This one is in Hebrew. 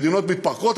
מדינות מתפרקות,